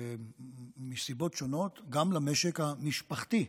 מסיבות שונות גם למשק המשפחתי.